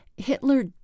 Hitler